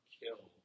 kill